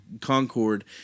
concord